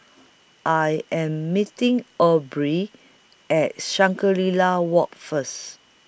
I Am meeting Aubrey At Shangri La Walk First